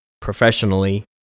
Professionally